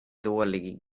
dålig